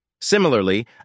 Similarly